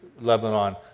Lebanon